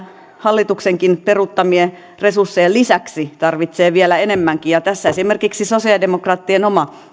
hallituksen peruuttamien resurssien lisäksi tarvitsee vielä enemmänkin ja tässä esimerkiksi sosialidemokraattien oma